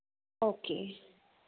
okay